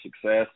success